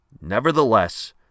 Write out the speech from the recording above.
Nevertheless